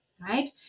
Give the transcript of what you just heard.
right